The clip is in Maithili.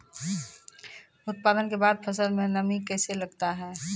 उत्पादन के बाद फसल मे नमी कैसे लगता हैं?